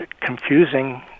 confusing